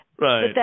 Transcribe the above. Right